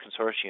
consortium